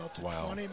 Wow